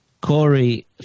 Corey